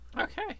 Okay